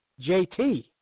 JT